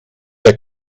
der